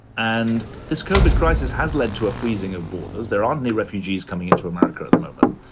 and this kovik crisis has led to a freezing of borders. there aren't any refugees coming into america at the moment.